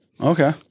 Okay